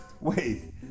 Wait